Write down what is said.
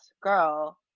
girl